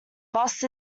bust